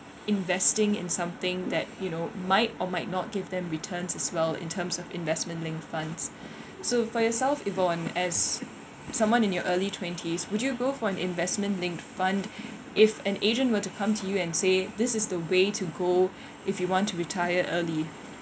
investing in something that you know might or might not give them returns as well in terms of investment linked funds so for yourself yvonne as someone in your early twenties would you go for an investment linked fund if an agent were to come to you and say this is the way to go if you want to retire early